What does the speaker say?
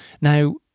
now